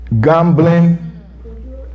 gambling